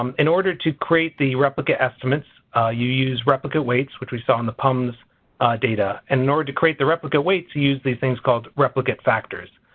um in order to create the replicate estimates you use replicate weights which we saw in the pums data. and in order to create the replicate weights you use these things called replicate factors.